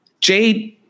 Jade